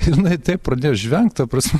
jinai taip pradėjo žvengt ta prasme